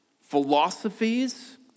philosophies